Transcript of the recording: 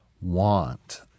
want